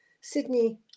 Sydney